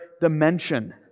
dimension